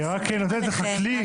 היא נותנת לך כלי.